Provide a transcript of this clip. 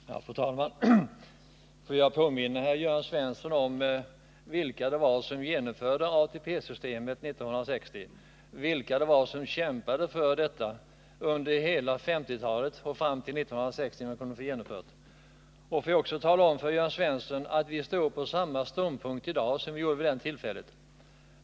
Fru talman! Får jag påminna Jörn Svensson om vilka det var som införde ATP-systemet 1960, vilka det var som hade kämpat för detta under hela 1950-talet och fram till 1960 för att få den reformen genomförd. Jag vill också tala om för Jörn Svensson att vi intar samma ståndpunkt i dag som vi gjorde vid det tillfället.